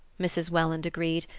mrs. welland agreed,